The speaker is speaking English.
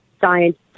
science